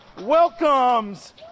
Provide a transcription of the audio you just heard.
welcomes